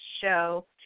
show